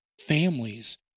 families